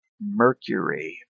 Mercury